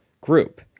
group